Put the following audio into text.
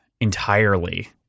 entirely